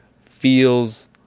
feels